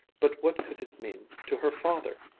but what could it mean to her father?